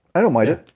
i don't mind it.